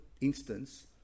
instance